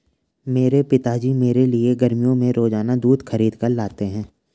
मेरे पिताजी मेरे लिए गर्मियों में रोजाना दूध खरीद कर लाते हैं